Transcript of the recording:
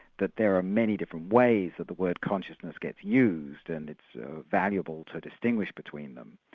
that there are many different ways that the word consciousness gets used, and it's valuable to distinguish between them.